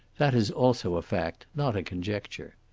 that is also a fact, not a conjecture.